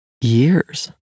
years